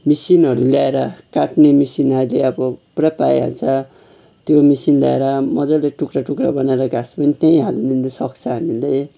मिसिनहरू ल्याएर काट्ने मेसिन अहिले अब पुरा पाइहाल्छ त्यो मेसिन ल्याएर मजाले टुक्रा टुक्रा बनाएर घाँस पनि त्यहीँ हालिदिनु सक्छ हामीले